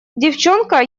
девчонка